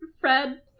Fred